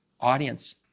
audience